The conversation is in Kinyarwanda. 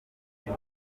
gihe